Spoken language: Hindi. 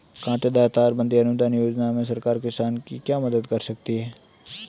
कांटेदार तार बंदी अनुदान योजना में सरकार किसान की क्या मदद करती है?